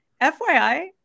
FYI